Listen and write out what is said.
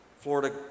Florida